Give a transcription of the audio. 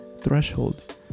threshold